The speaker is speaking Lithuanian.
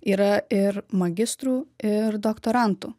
yra ir magistrų ir doktorantų